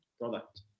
product